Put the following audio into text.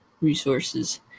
resources